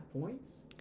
points